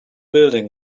building